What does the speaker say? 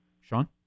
Sean